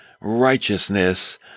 righteousness